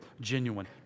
genuine